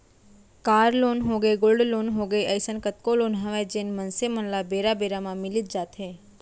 car loan होगे, gold loan होगे, अइसन कतको लोन हवय जेन मनसे मन ल बेरा बेरा म मिलीच जाथे